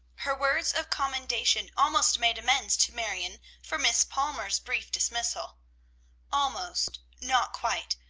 her words of commendation almost made amends to marion for miss palmer's brief dismissal almost, not quite,